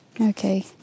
Okay